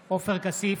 כסיף,